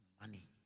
money